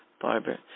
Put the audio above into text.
Barbara